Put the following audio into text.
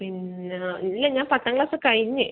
പിന്ന ഇല്ല ഞാൻ പത്താം ക്ലാസ്സ് കഴിഞ്ഞു